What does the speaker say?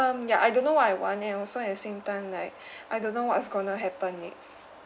um ya I don't know what I want then also at the same time like I don't know what's gonna happen next